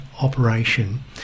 operation